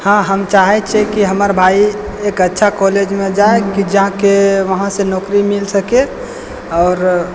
हॅं हम चाहै छियै कि हमर भाइ एक अच्छा कॉलेज मे जाइ कि जा के उहाँ से नौकरी मिल सकै आओर